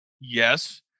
Yes